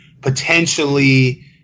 potentially